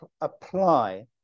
apply